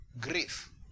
grief